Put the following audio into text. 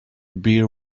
beer